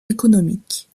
économique